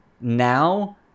now